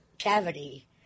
cavity